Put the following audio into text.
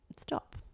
stop